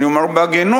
אני אומר בהגינות,